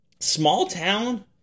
Small-town